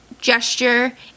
gesture